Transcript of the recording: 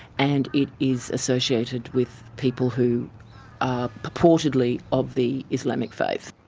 and it is associated with people who are purportedly of the islamic faith.